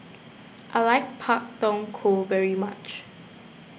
I like Pak Thong Ko very much